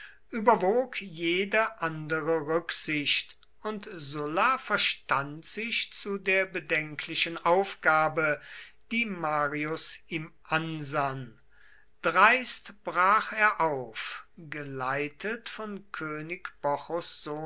überwog jede andere rücksicht und sulla verstand sich zu der bedenklichen aufgabe die marius ihm ansann dreist brach er auf geleitet von könig